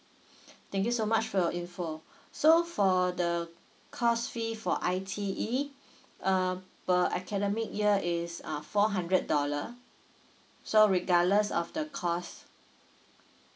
thank you so much for your info so for the course fee for I_T_E uh per academic year is uh four hundred dollar so regardless of the course